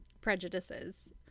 prejudices